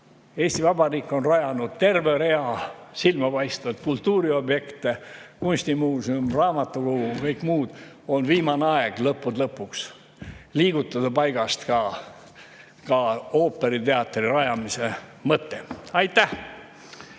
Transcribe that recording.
Eesti Vabariik on rajanud terve rea silmapaistvaid kultuuriobjekte: kunstimuuseum, raamatukogu ja kõik muud. On viimane aeg lõppude lõpuks liigutada paigast ka ooperiteatri rajamise mõte. Aitäh!